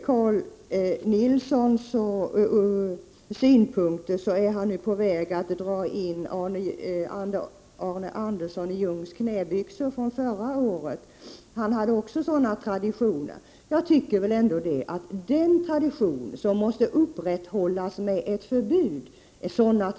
Carl G Nilssons synpunkter är på väg att bli en parallell till Arne Anderssons i Ljung knäbyxor från förra året. Han hade också sådana traditioner. Jag tycker ändock att vi kan vara utan sådana traditioner som man måste upprätthålla med ett förbud.